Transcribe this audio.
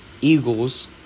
Eagles